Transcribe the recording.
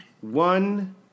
one